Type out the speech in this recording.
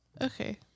Okay